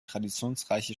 traditionsreiche